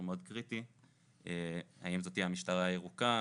הדיון הזה הוא מאוד חשוב ואני אשמח לשמוע בהמשך את שאר הדוברים,